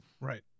Right